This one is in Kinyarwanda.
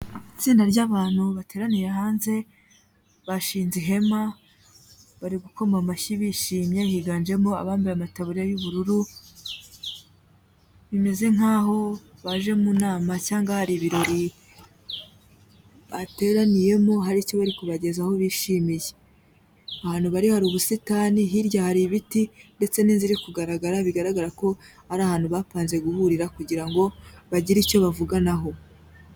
Itsinda ry'abantu bateranira hanze, bashinze ihema, bari gukoma amashyi bishimye, higanjemo abambaye amataburiya y'ubururu, bimeze nk'aho baje mu nama cyangwa hari ibirori bateraniyemo hari icyo bari kubagezaho bishimiye, ahantu bari hari ubusitani, hirya hari ibiti ndetse n'inzu iri kugaragara, bigaragara ko ari ahantu bapanze guhurira kugira ngo bagire icyo bavuganaho.